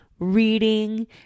reading